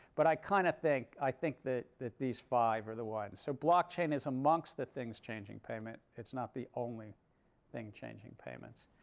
but i kind of think i think that that these five are the ones. so blockchain is amongst the things changing payment. it's not the only thing changing payments.